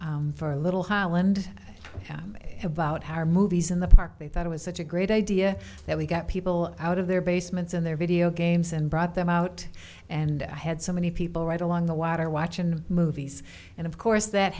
country for a little highland about how our movies in the park they thought it was such a great idea that we got people out of their basements and their video games and brought them out and i had so many people right along the water watchin movies and of course that